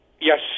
Yes